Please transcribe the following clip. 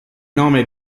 nome